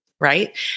right